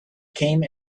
came